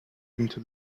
into